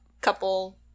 couple